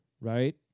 right